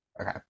okay